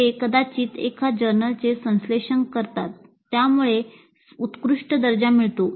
ते कदाचित एका जर्नलचे संश्लेषण करतात ज्यामुळे उत्कृष्ट दर्जा मिळतो